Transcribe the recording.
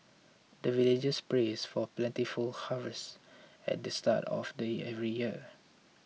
the villagers prays for plentiful harvest at the start of the every year